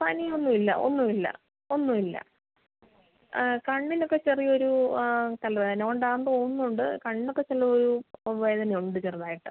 പനി ഒന്നും ഇല്ല ഒന്നും ഇല്ല ഒന്നും ഇല്ല കണ്ണിൽ ഒക്കെ ചെറിയ ഒരു തലവേദന കൊണ്ടാണെന്ന് തോന്നുന്നുണ്ട് കണ്ണൊക്കെ ചില ഒരു വേദന ഉണ്ട് ചെറുതായിട്ട്